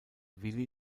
willi